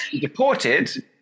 deported